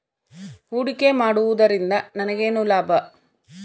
ಹೂಡಿಕೆ ಮಾಡುವುದರಿಂದ ನನಗೇನು ಲಾಭ?